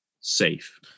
safe